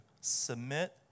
submit